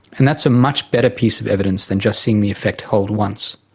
and that's a much better piece of evidence than just seeing the effect hold once.